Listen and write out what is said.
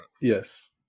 Yes